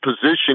position